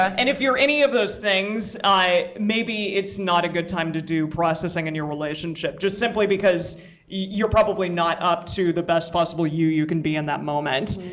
and if you're any of those things, maybe it's not a good time to do processing in your relationship, just simply because you're probably not up to the best possible you you can be in that moment.